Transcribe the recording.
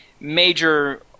major